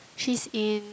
she's in